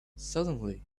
suddenly